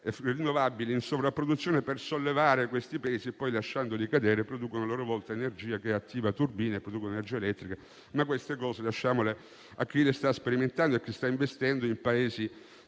rinnovabile in sovrapproduzione per sollevare i pesi e poi, lasciandoli cadere, producono a loro volta energia che attiva turbine e si produce energia elettrica. Questo però lasciamolo a chi lo sta sperimentando e sta investendo in Paesi